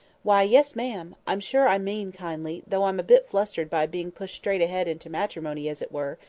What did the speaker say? why, yes, ma'am! i'm sure i mean kindly, though i'm a bit fluttered by being pushed straight ahead into matrimony, as it were,